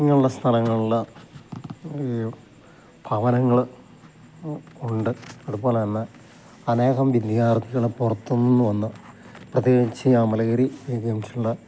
ഇങ്ങനെയുള്ള സ്ഥലങ്ങളില് ഈ ഭവനങ്ങള് ഉണ്ട് അതുപോലെത്തന്നെ അനേകം വിദ്യാർത്ഥികള് പുറത്തുനിന്ന് വന്ന പ്രത്യേകിച്ച് ഈ അമലഗിരി ഈ ജെങ്ഷനിലുള്ള